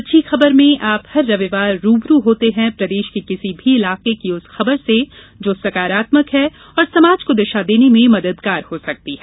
अच्छी खबरमें आप हर रविवार रूबरू होते हैं प्रदेश के किसी भी इलाके की उस खबर से जो सकारात्मक है और समाज को दिशा देने में मददगार हो सकती है